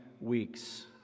weeks